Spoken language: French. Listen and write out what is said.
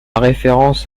référence